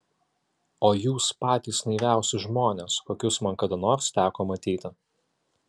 o jūs patys naiviausi žmonės kokius man kada nors teko matyti